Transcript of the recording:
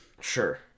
Sure